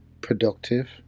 productive